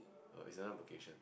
err is another vocation